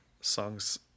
songs